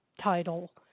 title